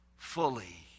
Fully